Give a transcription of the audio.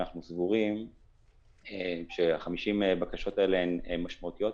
אנחנו סבורים ש-50 הבקשות האלה הן משמעותיות,